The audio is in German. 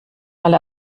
alle